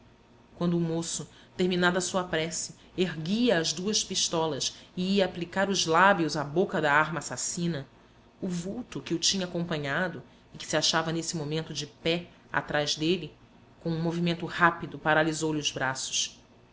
quando o moço terminada a sua prece erguia as duas pistolas e ia aplicar os lábios à boca da arma assassina o vulto que o tinha acompanhado e que se achava nesse momento de pé atrás dele com um movimento rápido paralisou lhe os braços